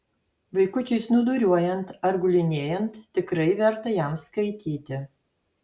vaikučiui snūduriuojant ar gulinėjant tikrai verta jam skaityti